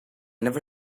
never